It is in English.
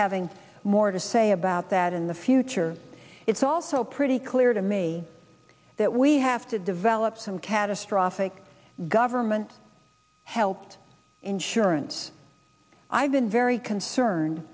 having more to say about that in the future it's also pretty clear to me that we have to develop some catastrophic government helped insurance i've been very cerned